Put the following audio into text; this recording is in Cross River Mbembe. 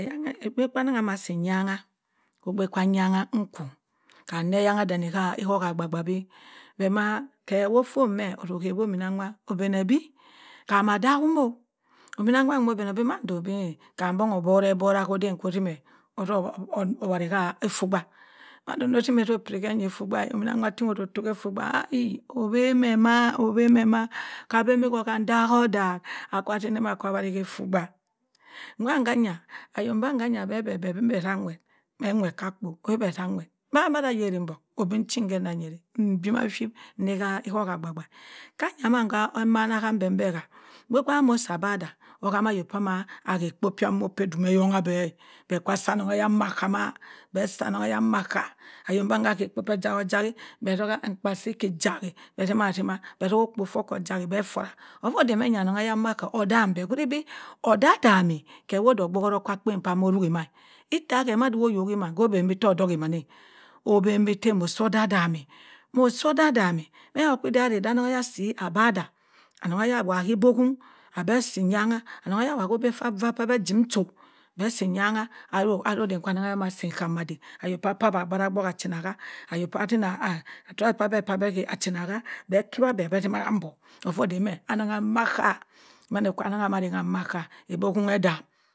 Eyangha egbe sah anong amah si nyangha ogbe kah nyangha nku kam neh eyangha danni hey ogba ba bi beh mah keh hoh fonh meh ozohewoh ominanwa obeneh bi koh adahum oh ominanwa onoh beneh bi mahndo obi ẹẹ cacum boh oboreboha koden kozimeh ozoh wari ha efu gba mahudo ezinihe ozoh wari hey efwgba ominanwa ting ozoh toh he efu gba a ẹ owemeh mah m'abem kam daho dah akah zina m akah wari afu gba ayor bangay a beh bi beh zam weht beh nweht kah kpo obi beh zam weht mah zah reying bong obi nchin ghe nza yerinweht mbima bi shit nhen ho ha ihoha gba gba kayan mahn emanah ha mbebem ha ogbe sa mo ah moh sa abahdah mohamayo amah hay akpio kah moh, kedume he yongher beh itbeh kah sa anongheya maker ‘beh seh anonheya makah ayo banga ahay ekpo koh jahojai beh zoha nkpa si khi jai beh zam zam beh zoha okpo foh koh jai beh forahovoh dey meh ọnong he makah odambeh ohari bi odadami khe ho dey ogbohoro kah kpen samane moh ruhi ma itta keh amaduo oyuhiman obem biten odohi mahn eh obembi tey moho soh dadami, moh so odadami meh kwidah ray kah onongheya si abadah anongheya awoh kibohum abeh si nyangha onongheya awoh koh beh kah var jim tuh beh si nyangha ayo areh anongheya ali si nkamah ayo kah kpara abarofbok ddik achinaha ayo kpa zina trassers kah beh abeh hay ah china ha beh kiwa beh beh zina beh zima amborg aloh dey meh anong amakah mand ka anong asima amakan.